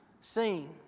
seen